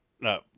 No